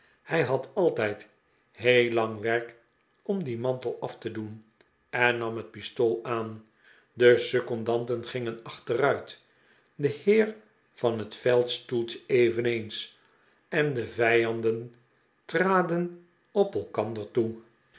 hij had altijd heel lang werk om dien mantel af te doen en nam het pistool aan de secondanten gingen achteruit de heer van het veldstoeltje eveneens en de vijanden traden op elkander toe